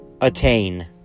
attain